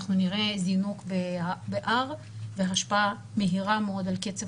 אנחנו נראה זינוק ב-R והשפעה מהירה מאוד על קצב